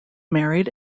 married